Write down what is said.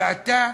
ואתה,